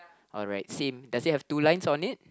alright same does it have two lines on it